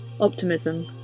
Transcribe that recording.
optimism